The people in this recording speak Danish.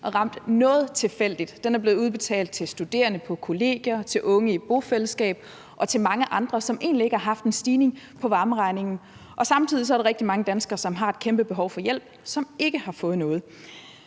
har ramt noget tilfældigt. Den er blevet udbetalt til studerende på kollegier, til unge i et bofællesskab og til mange andre, som egentlig ikke har haft en stigning på varmeregningen. Samtidig er der rigtig mange danskere, som har et kæmpe behov for hjælp, som ikke har fået noget.